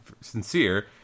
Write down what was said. sincere